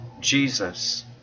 Jesus